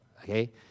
okay